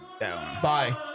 bye